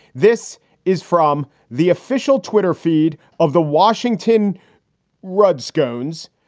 this is from the official twitter feed of the washington rudd's goans,